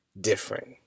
different